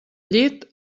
llit